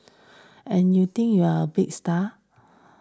and you think you're a big star